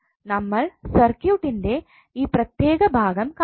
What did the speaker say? നമ്മൾ സർക്യൂട്ട്ൻറെ ഈ പ്രത്യേക ഭാഗം കാണുന്നു